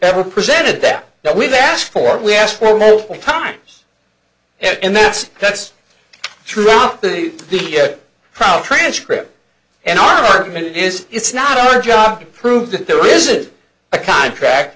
ever presented that we've asked for we asked for no times and that's that's true up to the crowd transcript and our argument is it's not our job to prove that there is it a contract